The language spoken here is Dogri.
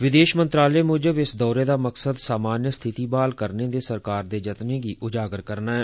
विदेश मंत्रालय मूजब इस दौरे दा मकसद सामान्य स्थिति ब्हाल करने दे सरकार दे जतनें गी उजागर करना ऐ